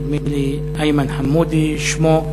נדמה לי שאיימן חמודי שמו.